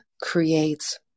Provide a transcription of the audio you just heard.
creates